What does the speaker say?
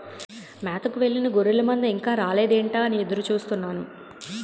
మేతకు వెళ్ళిన గొర్రెల మంద ఇంకా రాలేదేంటా అని ఎదురు చూస్తున్నాను